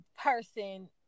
person